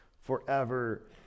forever